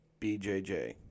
BJJ